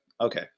Okay